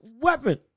weapon